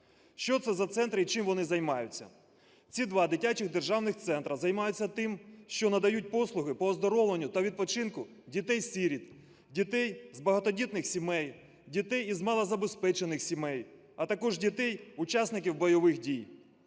Що це за центри і чим вони займаються? Ці два дитячих державних центри займаються тим, що надають послуги по оздоровленню та відпочинку дітей-сиріт, дітей з багатодітних сімей, дітей із малозабезпечених сімей, а також дітей учасників бойових дій.